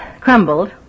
crumbled